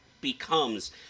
becomes